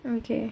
okay